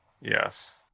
Yes